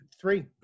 Three